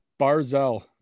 Barzell